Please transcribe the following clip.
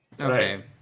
Okay